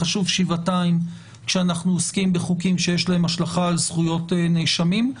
חשוב שבעתיים כשאנחנו עוסקים בחוקים שיש להם השלכה על זכויות נאשמים.